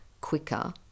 quicker